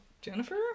Jennifer